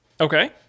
Okay